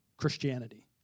Christianity